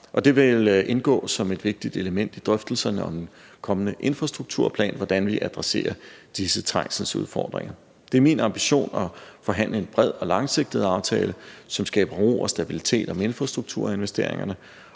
det vil indgå som et vigtigt element i drøftelserne om en kommende infrastrukturplan, hvordan vi adresserer disse trængselsudfordringer. Det er min ambition at forhandle en bred og langsigtet aftale, som skaber ro og stabilitet om infrastrukturinvesteringerne,